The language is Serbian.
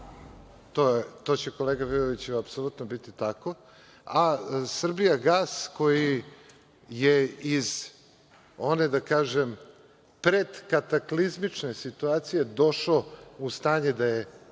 to će, kolega Vujoviću, apsolutno biti tako, a „Srbijagas“ koji je iz one, da kažem, predkataklizmične situacije došao u stanje da je